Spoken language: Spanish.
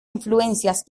influencias